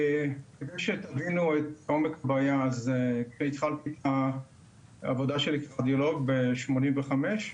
כדי שתבינו את עומק הבעיה: כשאני התחלתי את העבודה שלי כרדיולוג ב-1985,